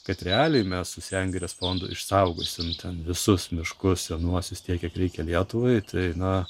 kad realiai mes su sengirės fondu išsaugosim ten visus miškus senuosius tiek kiek reikia lietuvai tai na